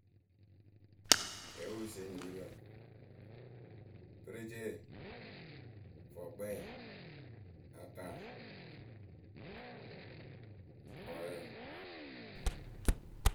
kɛɛpǝwe pǝ sieni nimirǝ perecee. fɔkpɛɛ ataa kɔyǝ